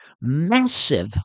massive